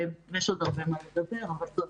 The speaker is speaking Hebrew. יש עוד הרבה על מה לדבר אבל תודה.